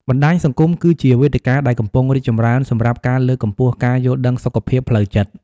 បណ្តាញសង្គមគឺជាវេទិកាដែលកំពុងរីកចម្រើនសម្រាប់ការលើកកម្ពស់ការយល់ដឹងសុខភាពផ្លូវចិត្ត។